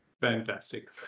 fantastic